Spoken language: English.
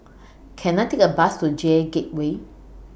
Can I Take A Bus to J Gateway